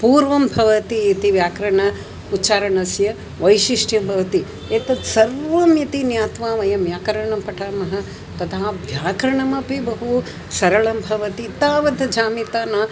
पूर्वं भवति इति व्याकरणस्य उच्चारणस्य वैशिष्ट्यं भवति एतत् सर्वम् इति ज्ञात्वा वयं व्याकरणं पठामः तथा व्याकरणं बहु सरलं भवति तावत् जामीता न